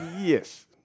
Yes